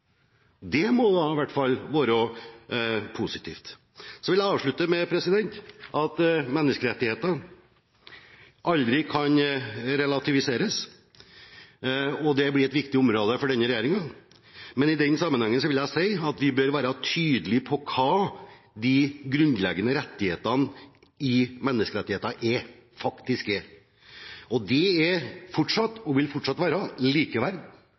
Det må da i hvert fall være positivt. Så vil jeg avslutte med å si at menneskerettigheter aldri kan relativiseres. Det blir et viktig område for denne regjeringen. Men i den sammenhengen vil jeg si at vi bør være tydelige på hva de grunnleggende rettighetene i menneskerettigheter faktisk er. Det er fortsatt, og vil fortsatt være,